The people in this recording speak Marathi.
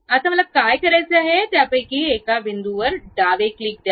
आता मला काय करायचे आहे त्यापैकी एका बिंदूवर डावे क्लिक द्या